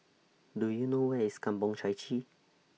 Do YOU know Where IS Kampong Chai Chee